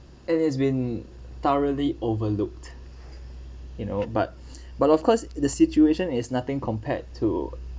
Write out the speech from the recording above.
and it has been thoroughly overlooked you know but but of course the situation is nothing compared to